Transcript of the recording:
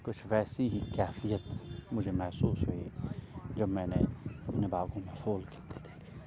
کچھ ویسی ہی کیفیت مجھے محسوس ہوئی جب میں نے اپنے باغوں کے پھول گرتے دیکھے